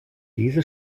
diese